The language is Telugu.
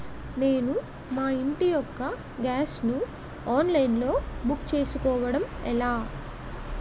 నేను మా ఇంటి యెక్క గ్యాస్ ను ఆన్లైన్ లో బుక్ చేసుకోవడం ఎలా?